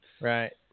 right